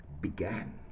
began